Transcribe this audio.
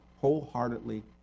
wholeheartedly